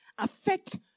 Affect